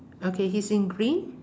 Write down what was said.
okay he's in green